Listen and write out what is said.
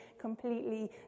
completely